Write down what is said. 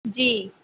जी